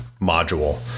module